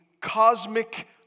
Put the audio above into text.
cosmic